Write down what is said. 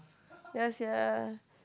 ya sia